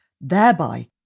thereby